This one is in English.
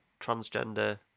transgender